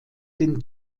den